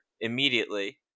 immediately